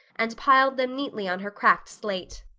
and piled them neatly on her cracked slate.